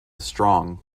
strong